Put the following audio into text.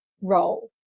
role